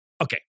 okay